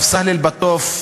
סהל-אלבטוף,